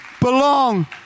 belong